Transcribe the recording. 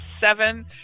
seven